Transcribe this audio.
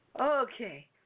Okay